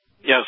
Yes